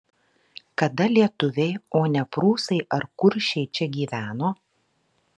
kada lietuviai o ne prūsai ar kuršiai čia gyveno